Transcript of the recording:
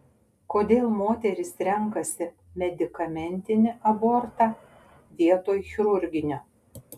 kodėl moterys renkasi medikamentinį abortą vietoj chirurginio